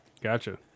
gotcha